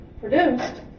produced